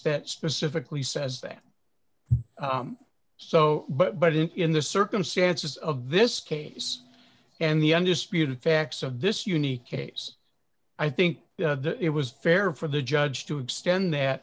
that specifically says that so but but in the circumstances of this case and the undisputed facts of this uni case i think it was fair for the judge to stand that